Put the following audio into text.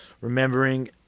remembering